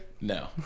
No